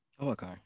Okay